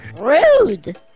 Rude